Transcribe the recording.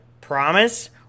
promise